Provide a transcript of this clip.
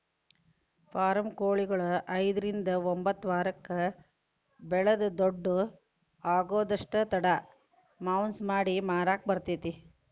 form ಕೊಳಿಗಳು ಐದ್ರಿಂದ ಒಂಬತ್ತ ವಾರಕ್ಕ ಬೆಳಿದ ದೊಡ್ಡು ಆಗುದಷ್ಟ ತಡ ಮಾಂಸ ಮಾಡಿ ಮಾರಾಕ ಬರತೇತಿ